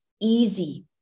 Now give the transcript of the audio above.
easy